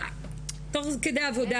שתוך כדי עבודה,